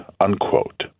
unquote